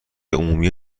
عمومی